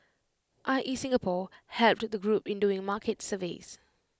I E Singapore helped the group in doing market surveys